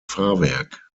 fahrwerk